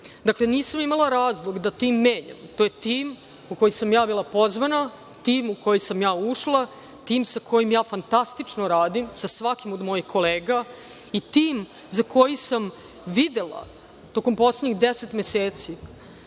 sutra. Dakle, nisam imala razloga da tim menjam. To je tim u koji sam ja bila pozvana, tim u koji sam ja ušla, tim sa kojim ja fantastično radim, sa svakim od mojih kolega, i tim za koji sam videla tokom poslednjih 10 meseci